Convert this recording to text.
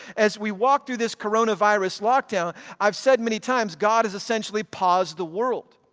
as we walk through this coronavirus lockdown. i've said many times. god has essentially paused the world,